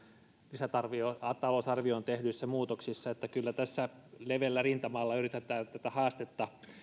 lisätalousarvioon tehdyissä muutoksissa että kyllä tässä leveällä rintamalla yritetään tätä haastetta